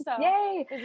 Yay